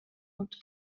und